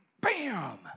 bam